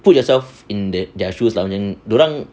put yourself in their shoes lah macam dorang